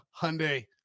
Hyundai